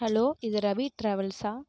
hello Ravi ரவி ட்ராவல்ஸா